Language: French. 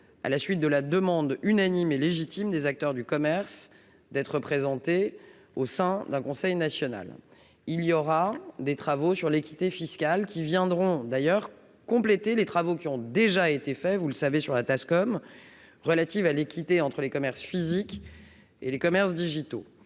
à la suite de la demande unanime et légitime des acteurs du commerce d'être présenté au sein d'un conseil national, il y aura des travaux sur l'équité fiscale qui viendront d'ailleurs compléter les travaux qui ont déjà été fait, vous le savez, sur la TASCOM relatives à l'équité entre les commerces physiques et les commerces digitaux,